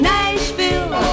Nashville